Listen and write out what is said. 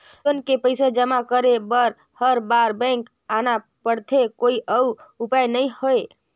Loan के पईसा जमा करे बर हर बार बैंक आना पड़थे कोई अउ उपाय नइ हवय?